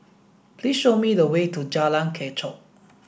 please show me the way to Jalan Kechot